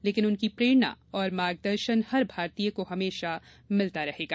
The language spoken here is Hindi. लेकिन उनकी प्रेरणा और मार्गदर्शन हर भारतीय को हमेशा मिलता रहेगा